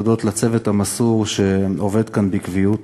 תודות לצוות המסור שעובד כאן בקביעות